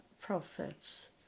prophets